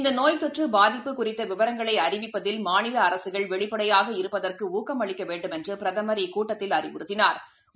இந்தநோய்த்தொற்றுபாதிப்பு குறித்தவிவரங்களைஅறிவிப்பதில் மாநிலஅரசுகள் வெளிப்படையாக இருப்பதற்குஊக்கம் அளிக்கவேண்டும் என்றுபிரதமா் இக்கூட்டத்தில் அறிவுறுத்தினாா்